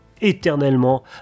éternellement